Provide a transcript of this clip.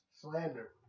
slander